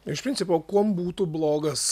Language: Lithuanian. iš principo kuom būtų blogas